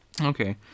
Okay